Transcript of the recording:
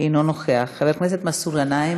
אינו נוכח, חבר הכנסת מסעוד גנאים,